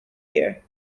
year